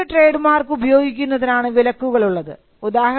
registered trade mark ഉപയോഗിക്കുന്നതിനാണ് വിലക്കുകൾ ഉള്ളത്